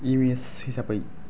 image हिसाबै